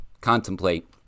Contemplate